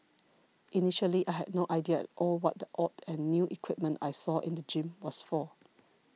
initially I had no idea at all what the odd and new equipment I saw in the gym was for